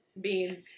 beans